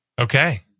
Okay